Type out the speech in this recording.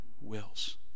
wills